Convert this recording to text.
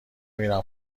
میرم